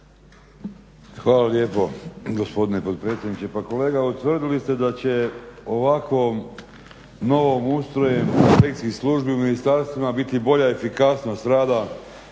Hvala lijepo gospodine potpredsjedniče. Pa kolega utvrdili ste da će ovakvom novim ustrojem inspekcijski službi u ministarstvima biti bolja efikasnost rada